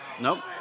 Nope